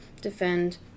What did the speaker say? defend